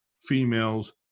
females